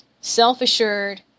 self-assured